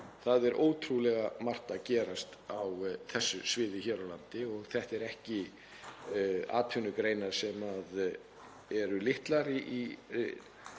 það er ótrúlega margt að gerast á þessu sviði hér á landi. Þetta er ekki atvinnugreinar sem eru litlar í